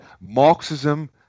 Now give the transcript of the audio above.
Marxism